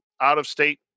out-of-state